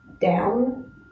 down